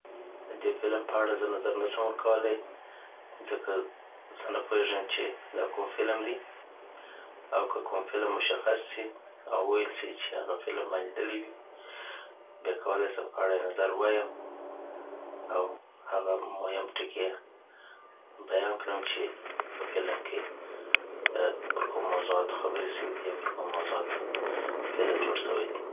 ددی فلم په اړه زه نظر نسم ورکولای ځکه زه نه پوهیږم چی دا کوم فلم دي او که کوم فلم مشخص سي او وویل سي چي هغه فلم مالیدلي وی بیا کوالای سم په اړه نظر ووایم هغه مهم ټکي یی بیان کړم چی په فلم کي پر کومو موضوعاتو خبری سوی دی او پرکومو موضوعاتو فلم جوړ سوی دی